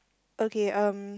okay erm